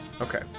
Okay